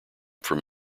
from